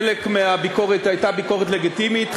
חלק מהביקורת היה ביקורת לגיטימית,